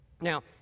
Now